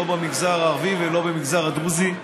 לא במגזר הערבי ולא במגזר הדרוזי,